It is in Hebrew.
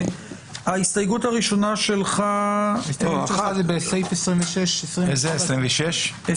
ההסתייגות הראשונה שלך היא בסעיפים 26, 27,